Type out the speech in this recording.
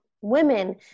women